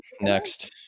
Next